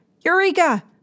Eureka